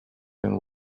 and